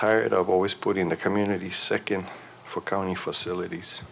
tired of always putting the community second for county facilities